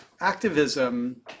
activism